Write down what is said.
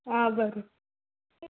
आं बरें